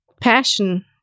passion